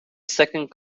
second